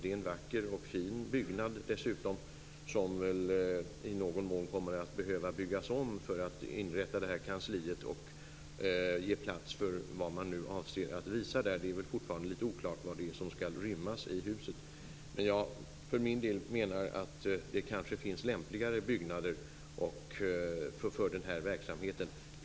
Det är en vacker och fin byggnad dessutom, som väl i någon mån kommer att behöva byggas om för att inrätta detta kansli och ge plats för vad man nu avser att visa där. Det är väl fortfarande litet oklart vad som skall rymmas i huset. Jag för min del menar att det kanske finns lämpligare byggnader för den här verksamheten.